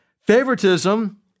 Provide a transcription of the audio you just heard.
favoritism